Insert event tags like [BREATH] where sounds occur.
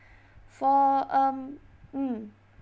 [BREATH] for um mm